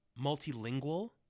Multilingual